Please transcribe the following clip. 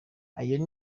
ayo